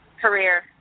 career